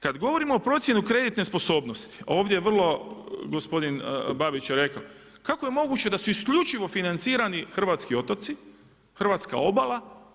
Kada govorimo o procjeni kreditne sposobnosti, ovdje je vrlo gospodin Babić rekao kako je moguće da su isključivo financirani hrvatski otoci, hrvatska obala?